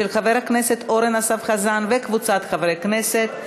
של חבר הכנסת אורן אסף חזן וקבוצת חברי הכנסת.